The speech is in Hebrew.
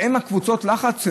שהן קבוצות הלחץ.